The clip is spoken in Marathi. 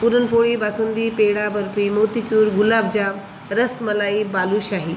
पुरणपोळी बासुंदी पेढा बर्फी मोतीचूर गुलाबजाम रसमलई बालुशाही